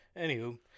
Anywho